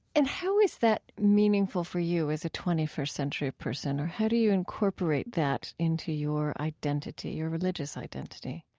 and how is that meaningful for you, as a twenty first century person? or how do you incorporate that into your identity, your religious identity?